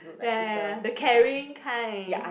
ya ya ya ya the caring kind